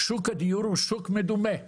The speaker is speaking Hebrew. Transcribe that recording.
שוק הדיור הוא שוק מדומה.